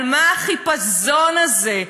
על מה החיפזון הזה,